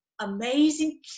amazing